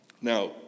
Now